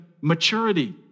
maturity